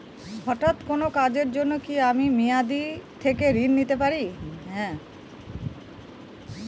হঠাৎ কোন কাজের জন্য কি আমি মেয়াদী থেকে ঋণ নিতে পারি?